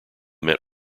met